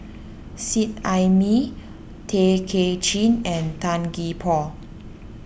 Seet Ai Mee Tay Kay Chin and Tan Gee Paw